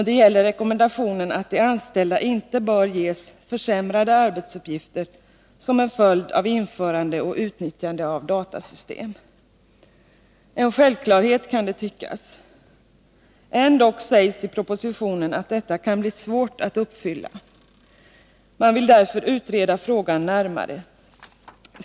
Det gäller rekommendationen att de anställda inte bör ges försämrade arbetsuppgifter som en följd av införande och utnyttjande av datasystem. Det kan tyckas vara en självklarhet. Ändock sägs i propositionen att detta krav kan bli svårt att uppfylla. Man vill därför utreda frågan närmare.